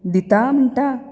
दिता म्हणटा